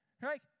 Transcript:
Right